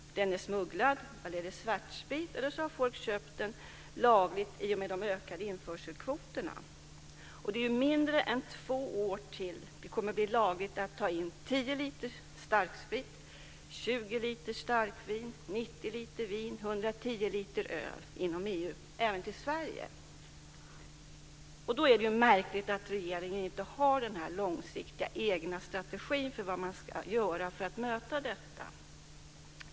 Den är smugglad, svart sprit eller så har folk köpt den lagligt i och med de ökade införselkvoterna. Det är mindre än två år till att det kommer att bli lagligt att ta in 10 liter starksprit, 20 liter starkvin, 90 liter vin och 110 liter öl inom EU, även till Sverige. Då är det märkligt att regeringen inte har en egen långsiktig strategi för vad man ska göra för att möta detta.